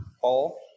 Paul